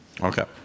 okay